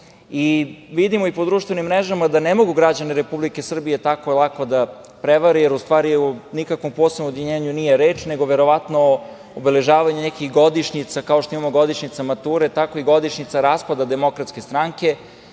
i po društvenim mrežama da ne mogu građane Republike Srbije tako lako da prevare, jer u stvari o nikakvom posebnom ujedinjenju nije reč, nego verovatno obeležavanje nekih godišnjica, kao što imamo godišnjice mature, tako i godišnjica raspada Demokratske stranke. Jer,